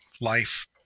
life